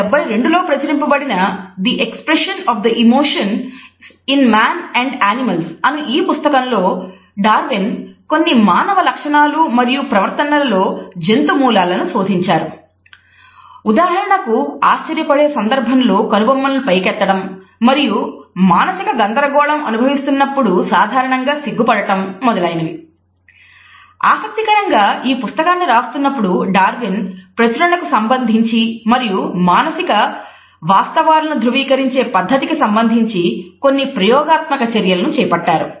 Darwin ప్రచురణకు సంబంధించి మరియు మానసిక వాస్తవాలను ధ్రువీకరించే పద్ధతికి సంబంధించి కొన్ని ప్రయోగాత్మక చర్యలను చేపట్టారు